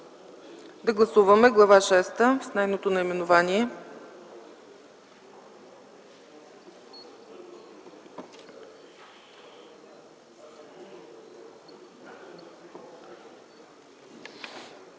Гласуваме Глава пета с нейното наименование.